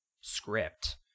script